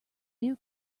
new